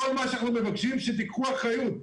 כל מה שאנחנו מבקשים זה שתיקחו אחריות.